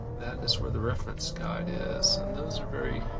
that is where the reference guide is, and those are very.